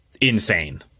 insane